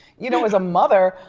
you know, as a mother,